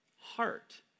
heart